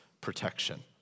protection